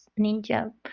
Ninja